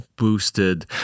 boosted